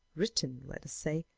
written, let us say,